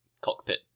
cockpit